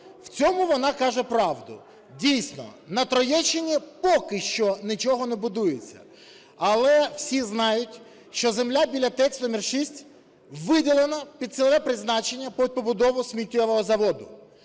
в цьому вона каже правду. Дійсно, на Троєщині поки що нічого не будується, але всі знають, що земля біля ТЕЦ № 6 виділена під цільове призначення під побудову сміттєвого заводу.